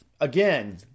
Again